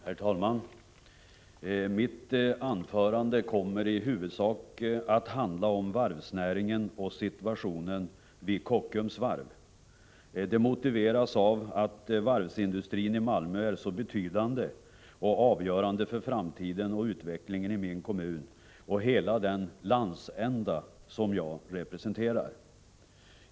Herr talman! Mitt anförande kommer i huvudsak att handla om varvsnäringen och situationen vid Kockums varv. Det motiveras av att varvsindustrin i Malmö är så betydande och avgörande för framtiden och utvecklingen i min kommun, ja, för hela den landsända som jag representerar.